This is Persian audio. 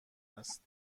است